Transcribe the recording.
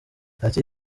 ati